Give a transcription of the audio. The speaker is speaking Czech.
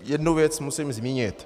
Jednu věc musím zmínit.